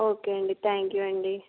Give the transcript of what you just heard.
okay అండి thank you అండి